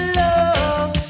love